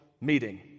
meeting